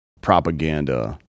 propaganda